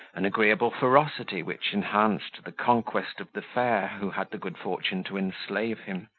an agreeable ferocity which enhanced the conquest of the fair who had the good fortune to enslave him,